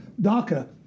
DACA